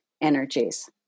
energies